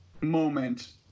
moment